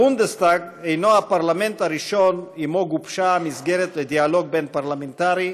הבונדסטאג הנו הפרלמנט הראשון שגובשה עמו המסגרת לדיאלוג בין-פרלמנטרי,